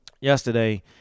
yesterday